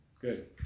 Good